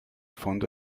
fondo